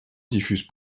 diffuse